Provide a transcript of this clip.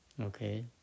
Okay